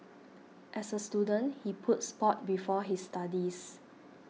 as a student he put sport before his studies